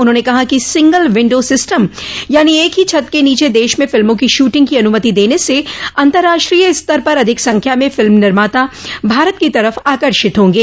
उन्होंने कहा कि सिंगल विंडो सिस्टम यानी एक ही छत के नीचे देश में फिल्मों की शूटिंग की अनुमति देने से अंतर्राष्ट्रीय स्तर पर अधिक संख्या में फिल्म निर्माता भारत की तरफ आकर्षित होंगे